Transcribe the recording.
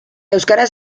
euskaraz